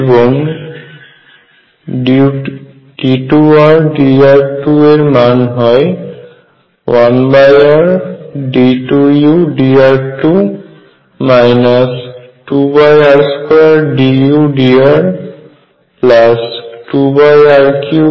এবং d2Rdr2 এর মান হয় 1r d2udr2 2r2dudr2r3u